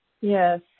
Yes